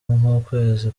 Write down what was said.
nk’ukwezi